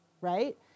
right